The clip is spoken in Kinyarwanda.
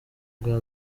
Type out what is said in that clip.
bwa